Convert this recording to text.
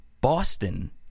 Boston